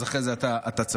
אז אחרי זה אתה תספר.